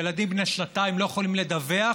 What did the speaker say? ילדים בני שנתיים לא יכולים לדווח,